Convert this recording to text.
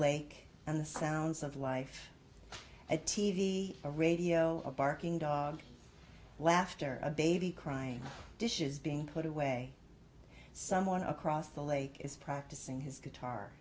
lake and the sounds of life a t v a radio a barking dog laughter a baby crying dishes being put away someone across the lake is practicing his guitar